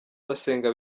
basenga